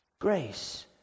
Grace